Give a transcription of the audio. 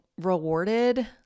rewarded